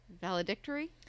Valedictory